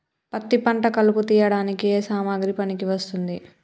పత్తి పంట కలుపు తీయడానికి ఏ సామాగ్రి పనికి వస్తుంది?